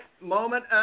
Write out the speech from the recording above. Moment